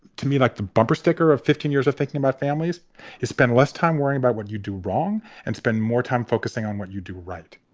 to me, like the bumper sticker of fifteen years of thinking about families who spend less time worrying about what you do wrong and spend more time focusing on what you do right.